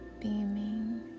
beaming